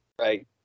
Right